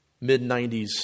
mid-90s